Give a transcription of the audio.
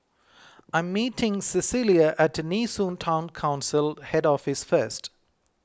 I am meeting Cecelia at Nee Soon Town Council Head Office first